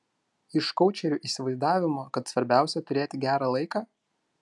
iš koučerių įsivaizdavimo kad svarbiausia turėti gerą laiką